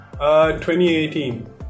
2018